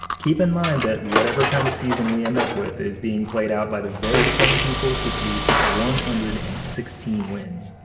keep in mind, that whatever kind of season we end up with, is being played out by the very same people who produced one hundred and sixteen wins.